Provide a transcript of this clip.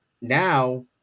Now